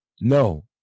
No